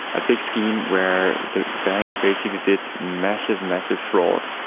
a big scheme where the bank basically did massive, massive fraud,